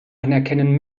anerkennen